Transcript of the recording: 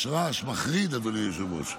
יש רעש מחריד, אדוני היושב-ראש.